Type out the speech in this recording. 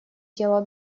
тело